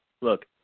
look